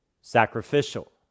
sacrificial